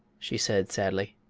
she said, sadly.